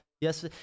Yes